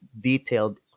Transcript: detailed